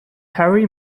harry